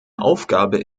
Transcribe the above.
aufgabe